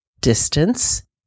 distance